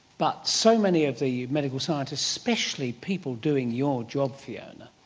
but so many of the medical scientists, especially people doing your job, fiona,